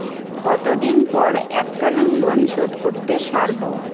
কতদিন পর এককালিন লোনশোধ করতে সারব?